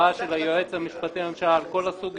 הכרעה של היועץ המשפטי לממשלה על כל הסוגיות.